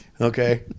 okay